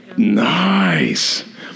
nice